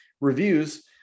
reviews